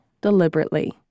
deliberately